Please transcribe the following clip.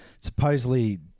supposedly